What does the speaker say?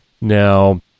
Now